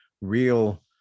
real